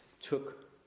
took